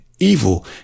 evil